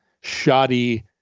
shoddy